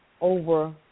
over